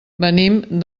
venim